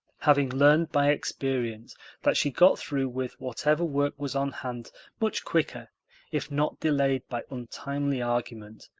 having learned by experience that she got through with whatever work was on hand much quicker if not delayed by untimely argument.